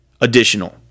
additional